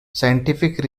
scientific